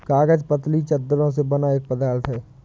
कागज पतली चद्दरों से बना एक पदार्थ है